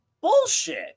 Bullshit